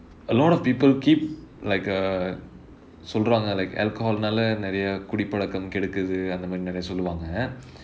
a lot of people keep like uh சொல்றாங்க:solraanga like alcohol னாளே நிறைய குடி பழக்கம் கெடுக்குது அந்த மாதிரி நிறைய சொல்லுவாங்க:naalae niraiya kudippazhakkam kedukuthu antha maathiri niraiya solluvaanga